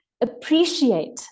appreciate